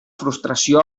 frustració